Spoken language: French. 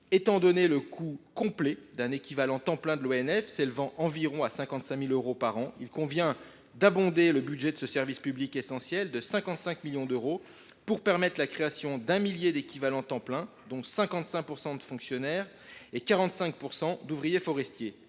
Étant donné le coût complet d’un équivalent temps plein de l’ONF, qui est d’environ 55 000 euros par an, il convient d’abonder le budget de ce service public essentiel de 55 millions d’euros pour permettre la création d’un millier d’ETP, dont 55 % de fonctionnaires et 45 % d’ouvriers forestiers.